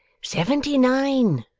seventy-nine,